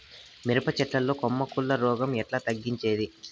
మిరప చెట్ల లో కొమ్మ కుళ్ళు రోగం ఎట్లా తగ్గించేది?